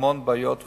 המון בעיות ותלונות,